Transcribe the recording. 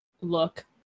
look